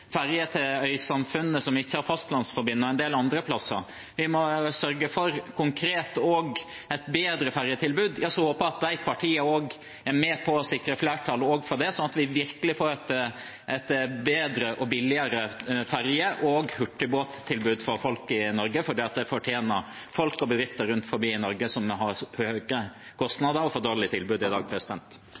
et bedre ferjetilbud –kommer opp i transportkomiteen, er de partiene også med på å sikre flertall for det, sånn at vi virkelig får et bedre og billigere ferje- og hurtigbåttilbud for folk i Norge. Det fortjener folk og bedrifter rundt omkring i Norge som har høye kostnader og et for dårlig tilbud i dag.